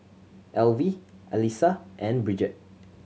Alvie Alysa and Bridget